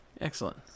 Excellent